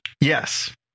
Yes